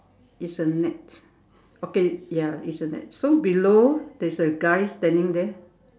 it's a net okay ya it's a net so below there's a guy standing there